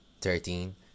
Thirteen